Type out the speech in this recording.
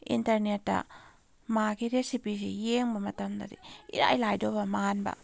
ꯏꯟꯇꯔꯅꯦꯠꯇ ꯃꯥꯒꯤ ꯔꯦꯁꯤꯄꯤꯁꯤ ꯌꯦꯡꯕ ꯃꯇꯝꯗꯗꯤ ꯏꯔꯥꯏ ꯂꯥꯏꯗꯧꯕ ꯃꯥꯟꯕ